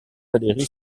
valery